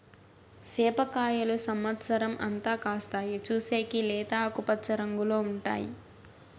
సేప కాయలు సమత్సరం అంతా కాస్తాయి, చూసేకి లేత ఆకుపచ్చ రంగులో ఉంటాయి